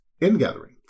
In-gathering